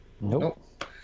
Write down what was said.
Nope